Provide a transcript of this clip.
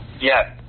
Yes